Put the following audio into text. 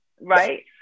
Right